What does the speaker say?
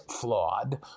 flawed